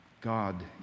God